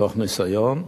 מתוך ניסיון,